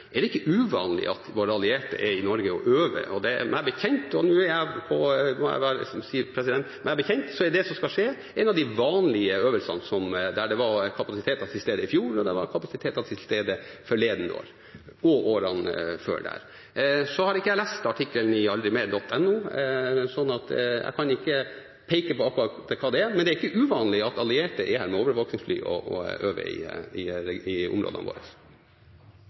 Det er ikke uvanlig at våre allierte er i Norge og øver. Meg bekjent er det som skal skje, en av de vanlige øvelsene, der det var kapasiteter til stede i fjor, og der det var kapasiteter til stede årene før det. Jeg har ikke lest artikkelen på aldrimer.no, så jeg kan ikke peke på akkurat hva det er, men det er ikke uvanlig at allierte er her med overvåkningsfly og øver i områdene våre. Dette med luftvernet ble ikke klarere for meg av statsrådens svar til representanten Huitfeldt, så la meg da bare hente fram igjen det som står i